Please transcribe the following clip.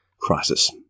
crisis